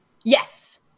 Yes